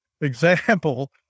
example